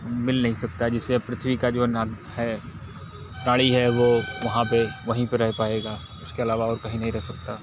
मिल नहीं सकता है जिससे अब पृथ्वी का जो ना है प्राणी है वो वहाँ पे वहीं पे रह पाएगा उसके अलावा और कहीं नहीं रह सकता